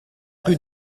rue